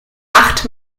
acht